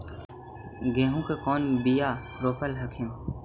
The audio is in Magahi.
गेहूं के कौन बियाह रोप हखिन?